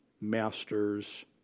masters